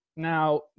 Now